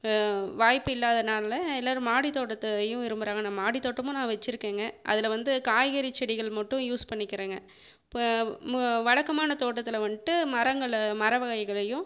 வாய்ப்பு இல்லாதனால் எல்லாரும் மாடி தோட்டத்தையும் விரும்புகிறாங்க அந்த மாடி தோட்டமும் நான் வச்சுருக்கேங்க அதில் வந்து காய்கறி செடிகள் மட்டும் யூஸ் பண்ணிக்கிறேங்க இப்போ மு வழக்கமான தோட்டத்தில் வந்துட்டு மரங்களை மர வகைகளையும்